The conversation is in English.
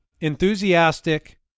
enthusiastic